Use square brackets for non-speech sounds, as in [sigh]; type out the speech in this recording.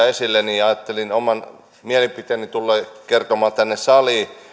[unintelligible] esille niin ajattelin oman mielipiteeni tulla kertomaan tänne saliin